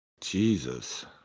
Jesus